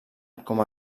com